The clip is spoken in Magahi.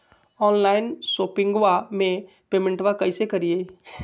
ऑनलाइन शोपिंगबा में पेमेंटबा कैसे करिए?